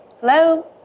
Hello